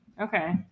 okay